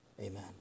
amen